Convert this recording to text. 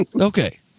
Okay